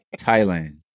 Thailand